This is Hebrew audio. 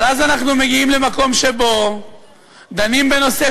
אבל אז אנחנו מגיעים למקום שבו דנים בנושא